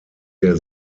der